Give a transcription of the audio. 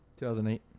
2008